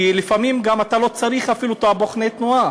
כי לפעמים אתה גם לא צריך אפילו את בוחני התנועה,